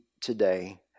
today